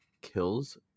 kills